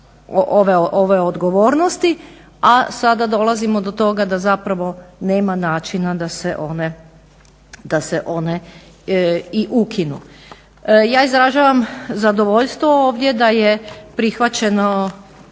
ove odgovornosti, a sada dolazimo do toga da zapravo nema načina da se one i ukinu. Ja izražavam zadovoljstvo ovdje da je prihvaćeno